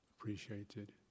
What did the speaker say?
appreciated